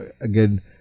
again